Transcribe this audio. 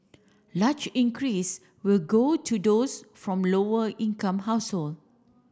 larger increase will go to those from lower income household